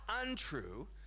untrue